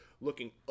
looking